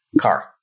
car